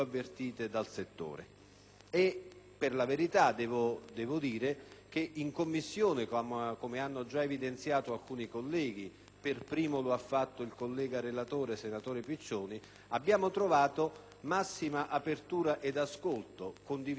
per la verità, devo dire che in Commissione, come hanno già evidenziato alcuni colleghi (per primo lo ha fatto il relatore Piccioni), abbiamo trovato massima apertura ed ascolto, condivisione e convergenza.